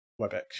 Webex